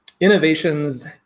innovations